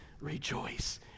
rejoice